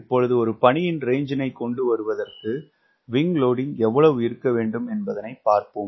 இப்பொழுது ஒரு பணியின் ரேஞ்சினைக் கொண்டுவருவதற்கு விங்க் லோடிங்க் எவ்வளவு இருக்கவேண்டும் என்பதனை பார்ப்போம்